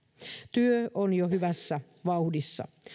työ on jo hyvässä vauhdissa